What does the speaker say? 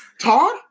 Todd